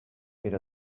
era